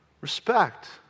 respect